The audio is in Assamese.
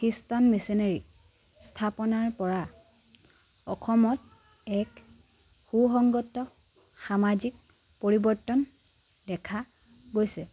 খ্ৰীষ্টান মিছনেৰী স্থাপনৰ পৰা অসমত এক সু সংগত সামাজিক পৰিৱৰ্তন দেখা গৈছে